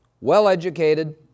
well-educated